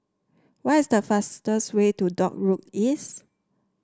what is the fastest way to Dock Road East